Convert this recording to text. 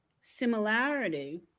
similarity